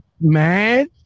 man